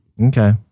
okay